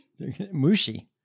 Mushi